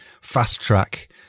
fast-track